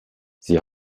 sie